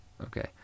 Okay